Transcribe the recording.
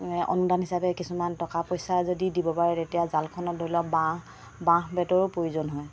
অনুদান হিচাপে কিছুমান টকা পইচা যদি দিব পাৰে তেতিয়া জালখনত ধৰি লওক বাঁহ বাঁহ বেতৰো প্ৰয়োজন হয়